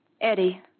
Eddie